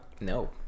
No